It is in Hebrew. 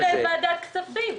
לדעתי זה דיון ראשון של ועדת הכספים.